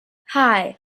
hei